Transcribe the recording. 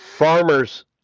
Farmers